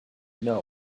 know